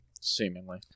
Seemingly